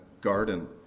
garden